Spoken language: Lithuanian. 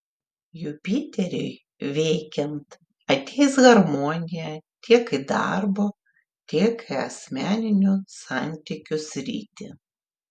jupiteriui veikiant ateis harmonija tiek į darbo tiek į asmeninių santykių sritį